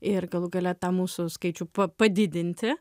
ir galų gale tą mūsų skaičių pa padidinti